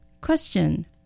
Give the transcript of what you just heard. Question